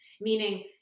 meaning